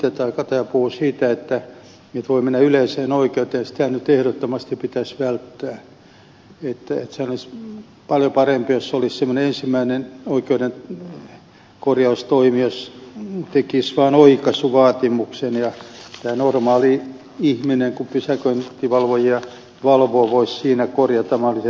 kataja puhuu siitä että voi mennä yleiseen oikeuteen ja sitä nyt ehdottomasti pitäisi välttää että olisihan paljon parempi jos olisi semmoinen ensimmäinen oikeuden korjaustoimi jos tekisi vaan oikaisuvaatimuksen ja pysäköintivalvojien valvoja voisi siinä korjata mahdolliset väärät asiat